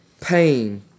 pain